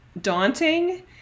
daunting